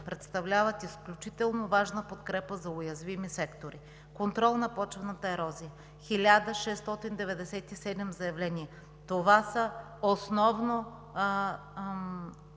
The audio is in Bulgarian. представляват изключително важна подкрепа за уязвими сектори. „Контрол на почвената ерозия“ – 1697 заявления. Това са основно